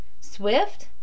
Swift